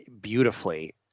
beautifully